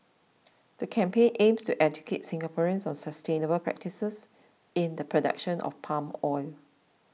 the campaign aims to educate Singaporeans on sustainable practices in the production of palm oil